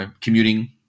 commuting